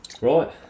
right